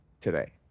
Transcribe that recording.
today